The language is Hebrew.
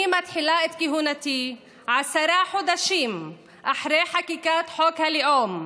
אני מתחילה את כהונתי עשרה חודשים אחרי חקיקת חוק הלאום,